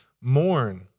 mourn